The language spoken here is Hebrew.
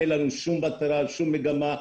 אין לנו שום --- על שום מגמה.